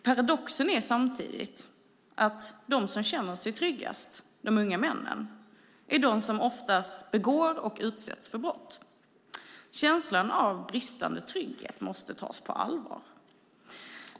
Paradoxen är samtidigt att de som känner sig tryggast - de unga männen - är de som oftast begår och utsätts för brott. Känslan av bristande trygghet måste tas på allvar.